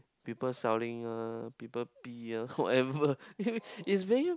people selling ah people pee ah whatever it's very